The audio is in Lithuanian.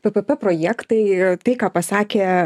ppp projektai tai ką pasakė